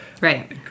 right